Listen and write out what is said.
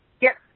Yes